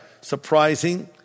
surprising